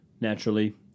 Naturally